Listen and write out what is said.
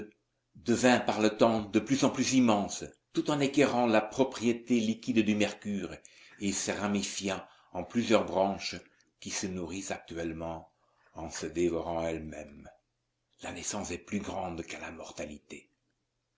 devint par le temps de plus en plus immense tout en acquérant la propriété liquide du mercure et se ramifia en plusieurs branches qui se nourrissent actuellement en se dévorant elles-mêmes la naissance